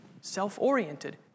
self-oriented